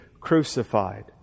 crucified